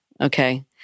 okay